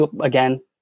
again